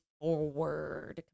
forward